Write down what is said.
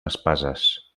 espases